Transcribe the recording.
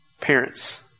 parents